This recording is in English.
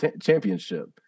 championship